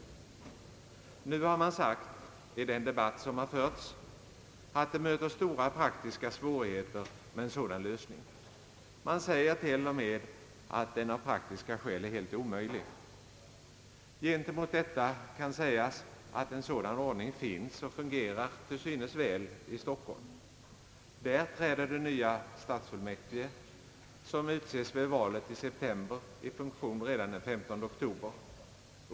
Nu har man sagt i den debatt som förts, att en sådan lösning möter stora praktiska svårigheter. Man förklarar till och med att den av praktiska skäl är helt omöjlig. Gentemot detta kan sägas att en sådan ordning finns och fungerar — till synes väl — i Stockholm, Där träder de nya stadsfullmäktige, som utses vid valet i september, i funktion redan den 15 oktober.